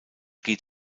geht